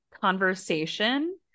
conversation